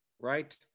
right